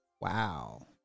Wow